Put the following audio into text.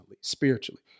spiritually